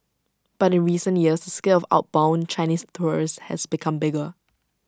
but in recent years scale of outbound Chinese tourists has become bigger